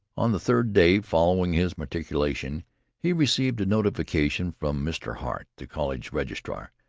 on the third day following his matriculation he received a notification from mr. hart, the college registrar,